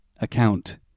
account